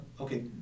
okay